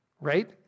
Right